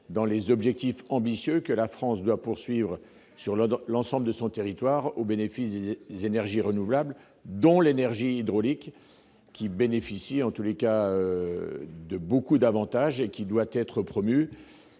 dans les objectifs ambitieux que la France doit poursuivre sur l'ensemble de son territoire au bénéfice des énergies renouvelables, dont l'énergie hydroélectrique, qui bénéficie de nombreux avantages et doit être promue.